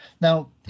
Now